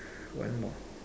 one more